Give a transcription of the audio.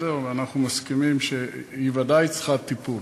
אנחנו מסכימים שהיא ודאי מצריכה טיפול.